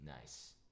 Nice